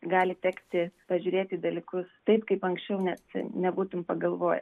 gali tekti pažiūrėti į dalykus taip kaip anksčiau net nebūtum pagalvojęs